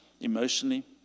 Emotionally